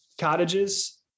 cottages